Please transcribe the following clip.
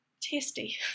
tasty